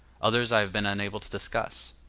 others i have been unable to discuss,